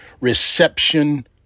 reception